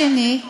השני,